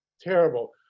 Terrible